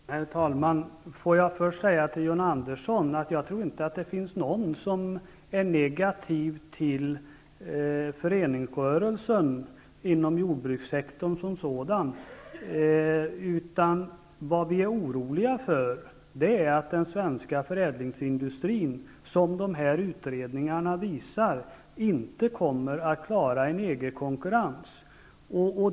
Herr talman! Jag vill först säga till John Andersson att jag inte tror att det finns någon som är negativ till föreningsrörelsen inom jordbrukssektorn som sådan. Vad vi är oroliga för är att den svenska förädlingsindustrin, vilket dessa utredningar visar, inte kommer att klara en EG-konkurrens.